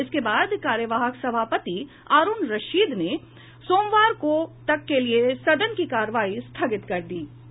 इसके बाद कार्यवाहक सभापति हारूण रशीद ने सोमवार तक के लिए सदन की कार्यवाही स्थगित कर दी गयी